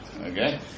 okay